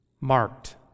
marked